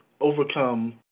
overcome